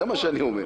זה מה שאני אומר.